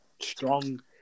strong